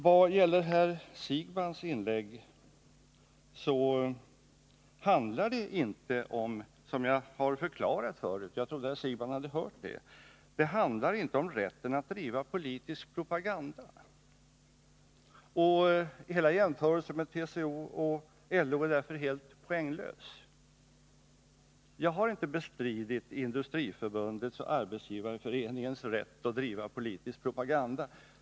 Vad beträffar herr Siegbahns inlägg, så handlar detta inte, som jag tidigare förklarat — jag trodde herr Siegbahn hade hört det —, om rätten att driva propaganda. Hela jämförelsen med TCO och LO är därför helt poänglös. Jag har inte bestridit Industriförbundets och Arbetsgivareföreningens rätt att driva politisk propaganda.